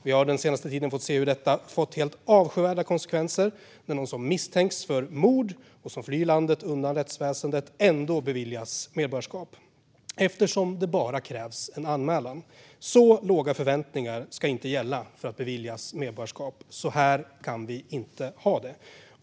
Vi har den senaste tiden fått se hur detta fått helt avskyvärda konsekvenser, när någon som misstänks för mord och flyr landet undan rättsväsendet ändå beviljas medborgarskap - eftersom det bara krävs en anmälan. Så låga förväntningar ska inte gälla för att beviljas medborgarskap. Så här kan vi inte ha det.